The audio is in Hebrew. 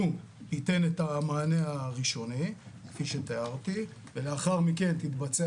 הוא ייתן את המענה הראשוני שתיארתי ולאחר מכן תתבצע